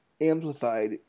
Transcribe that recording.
amplified